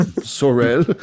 Sorel